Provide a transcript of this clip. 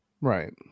Right